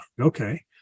Okay